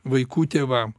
vaikų tėvam